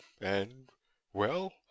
and-well